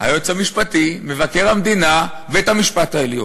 היועץ המשפטי, מבקר המדינה, בית-המשפט העליון.